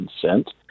consent